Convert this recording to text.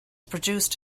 produced